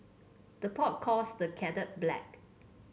the pot calls the kettle black